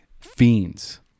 fiends